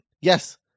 Yes